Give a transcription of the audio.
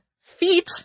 feet